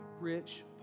rich